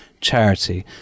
charity